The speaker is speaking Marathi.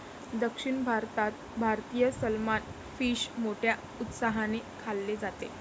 दक्षिण भारतात भारतीय सलमान फिश मोठ्या उत्साहाने खाल्ले जाते